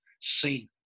seen